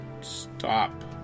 stop